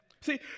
See